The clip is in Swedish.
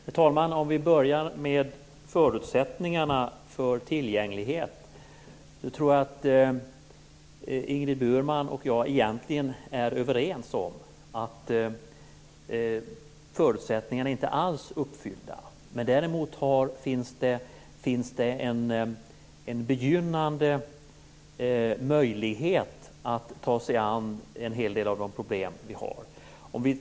Herr talman! Vi börjar med förutsättningarna för tillgänglighet. Ingrid Burman och jag är egentligen överens om att förutsättningarna inte alls är uppfyllda. Däremot finns det en begynnande möjlighet att ta sig an en hel del av problemen.